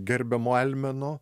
gerbiamo almeno